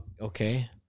Okay